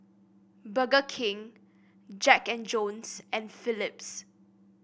Burger King Jack And Jones and Phillips